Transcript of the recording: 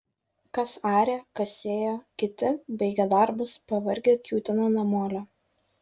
kas arė kas sėjo kiti baigę darbus pavargę kiūtino namolio